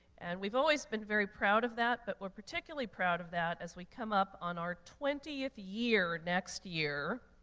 and we've always been very proud of that, but we're particularly proud of that as we come up on our twentieth year next year.